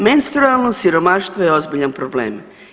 Menstrualno siromaštvo je ozbiljan problem.